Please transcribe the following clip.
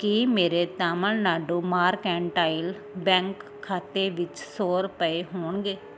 ਕੀ ਮੇਰੇ Tamil Nadu mercantile bank ਖਾਤੇ ਵਿੱਚ ਸੌ ਰੁਪਏ ਹੋਣਗੇ